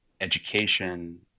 education